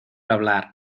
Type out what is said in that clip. hablar